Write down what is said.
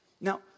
Now